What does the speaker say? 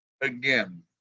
again